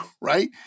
right